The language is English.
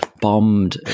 Bombed